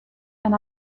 and